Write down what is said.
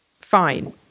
fine